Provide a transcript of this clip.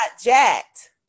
jacked